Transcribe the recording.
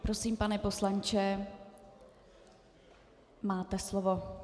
Prosím, pane poslanče, máte slovo.